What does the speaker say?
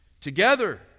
together